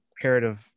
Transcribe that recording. comparative